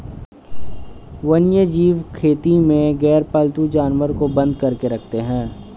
वन्यजीव खेती में गैरपालतू जानवर को बंद करके रखते हैं